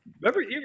Remember